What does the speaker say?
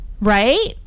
Right